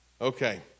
Okay